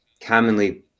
commonly